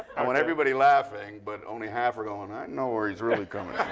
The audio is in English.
i want everybody laughing, but only half are going, i know where he's really coming